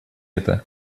это